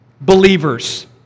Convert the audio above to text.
believers